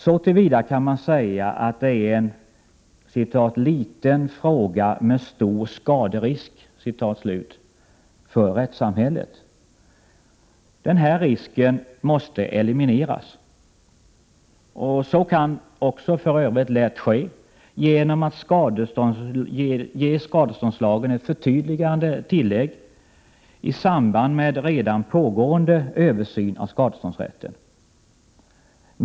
Så till vida kan man säga att det är en ”liten fråga med stor skaderisk” för rättssamhället. Denna risk måste elimineras. Det kan man för Övrigt lätt åstadkomma genom att ge skadeståndsanslagen ett förtydligande tillägg i samband med redan pågående översyn av skadeståndsrätten.